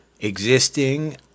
existing